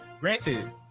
Granted